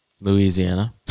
Louisiana